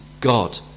God